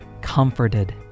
comforted